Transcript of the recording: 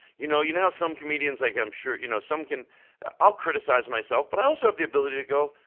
you know you know how some comedians, like, i'm sure, you know some can i'll criticize myself, but i also have the ability to go,